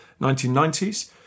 1990s